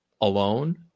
alone